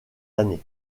années